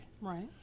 Right